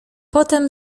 potem